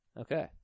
Okay